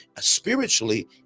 spiritually